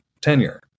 tenure